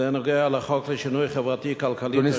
זה נוגע לחוק לשינוי חברתי-כלכלי (תשלומי הורים).